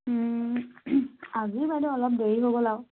আজি বাইদেউ অলপ দেৰি হৈ গ'ল আৰু